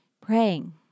Praying